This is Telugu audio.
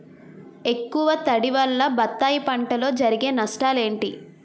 ఎక్కువ తడి వల్ల బత్తాయి పంటలో జరిగే నష్టాలేంటి?